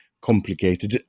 complicated